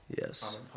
Yes